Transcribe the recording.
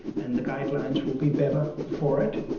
and the guidelines will be better for it.